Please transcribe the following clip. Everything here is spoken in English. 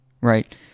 right